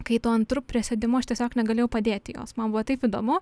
kai tuo antru prisėdimu aš tiesiog negalėjau padėti jos man buvo taip įdomu